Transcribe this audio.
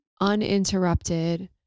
uninterrupted